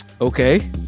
okay